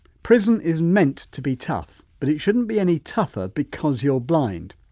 prison is meant to be tough but it shouldn't be any tougher because you're blind.